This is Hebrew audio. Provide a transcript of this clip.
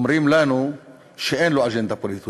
אומרים לנו שאין לו אג'נדה פוליטית,